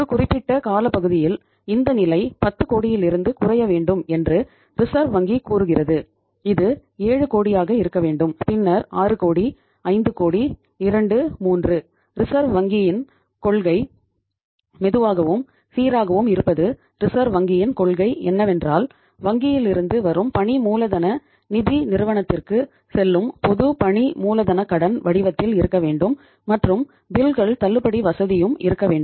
ஒரு குறிப்பிட்ட காலப்பகுதியில் இந்த நிலை 10 கோடியிலிருந்து குறைய வேண்டும் என்று ரிசர்வ் தள்ளுபடி வசதியும் இருக்க வேண்டும்